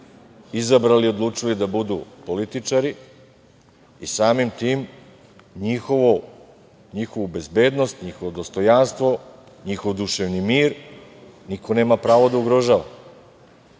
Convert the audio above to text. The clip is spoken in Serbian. izabrali i odlučili da budu političari i samim tim njihovu bezbednost, njihovo dostojanstvo, njihov duševni mir niko nema pravo da ugrožava. Sada